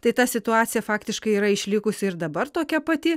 tai ta situacija faktiškai yra išlikusi ir dabar tokia pati